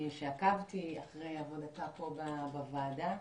עקבתי אחרי עבודתה פה בוועדה,